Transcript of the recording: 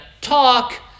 talk